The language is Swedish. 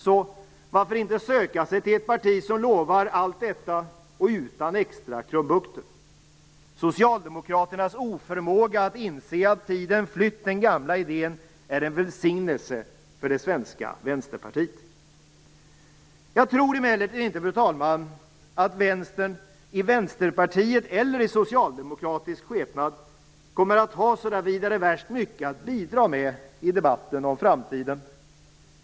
Så varför inte söka sig till ett parti som lovar allt detta utan extra krumbukter. Socialdemokraternas oförmåga att inse att tiden flytt den gamla idén är en välsignelse för det svenska vänsterpartiet. Jag tror emellertid inte, fru talman, att vänstern i Vänsterpartiet eller i socialdemokratisk skepnad kommer att ha så värst mycket att bidra med i debatten om framtiden.